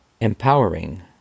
empowering